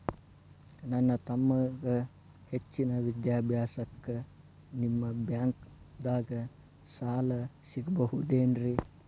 ನನ್ನ ತಮ್ಮಗ ಹೆಚ್ಚಿನ ವಿದ್ಯಾಭ್ಯಾಸಕ್ಕ ನಿಮ್ಮ ಬ್ಯಾಂಕ್ ದಾಗ ಸಾಲ ಸಿಗಬಹುದೇನ್ರಿ?